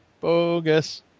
Bogus